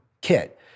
kit